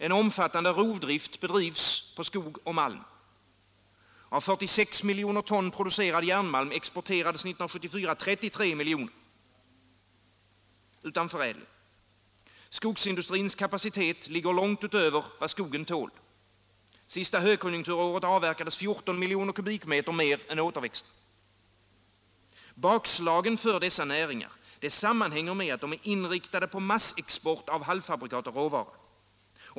En omfattande rovdrift sker på skog och malm. Av 46 miljoner ton producerad järnmalm exporterades år 1974 33 miljoner, utan förädling. Skogsindustrins kapacitet ligger långt utöver vad skogen tål. Sista högkonjunkturåret avverkades 14 miljoner kubikmeter mer än återväxten. Bakslagen för dessa näringar sammanhänger med att de är inriktade på massexport av halvfabrikat och råvaror.